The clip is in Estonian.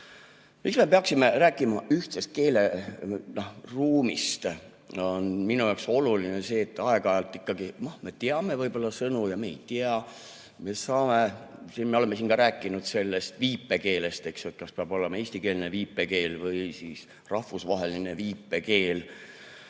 Miks me peaksime rääkima ühtsest keeleruumist? Minu jaoks on oluline see, et aeg-ajalt ikkagi me teame sõnu ja me ei tea. Me oleme siin ka rääkinud sellest viipekeelest, eks ju, et kas peab olema eestikeelne viipekeel või siis rahvusvaheline viipekeel.